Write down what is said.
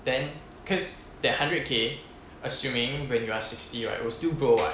then cause that hundred K assuming when you're sixty right will still grow [what]